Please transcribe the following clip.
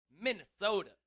Minnesota